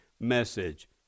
message